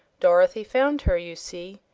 dorothy found her, you see,